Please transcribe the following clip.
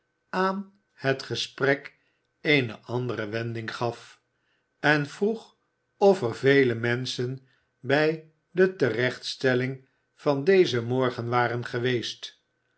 aan het gesprek eene andere wending gaf en vroeg of er vele menschen bij de terechtstelling van dezen morgen waren geweest